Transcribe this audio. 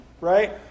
right